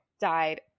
Died